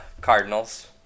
Cardinals